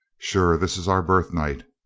sure, this is our birth night.